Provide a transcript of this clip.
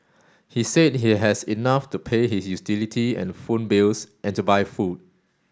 he said he has enough to pay his utility and phone bills and to buy food